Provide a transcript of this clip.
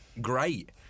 great